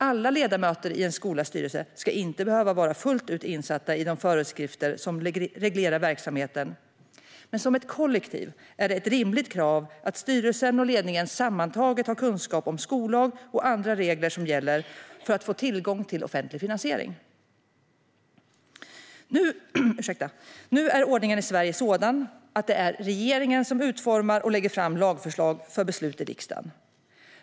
Alla ledamöter i en skolas styrelse ska inte behöva vara fullt ut insatta i de föreskrifter som reglerar verksamheten. Men det är ett rimligt krav att styrelsen och ledningen som ett kollektiv sammantaget har kunskap om skollag och andra regler som gäller för att få tillgång till offentlig finansiering. Nu är ordningen i Sverige sådan att det är regeringen som utformar och lägger fram lagförslag för beslut i riksdagen.